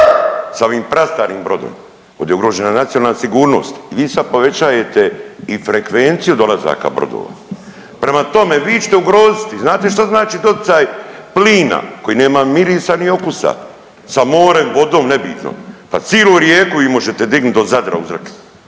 sa ovim prastarim brodovima, ovdje je ugrožena nacionalna sigurnost. I vi sad povećajete i frekvenciju dolazaka brodova. Prema tome, vi ćete ugroziti znate šta znači doticaj plina koji nema mirisa ni okusa sa morem, vodom nebitno, pa cilu Rijeku vi možete dignut do Zadra u zrak.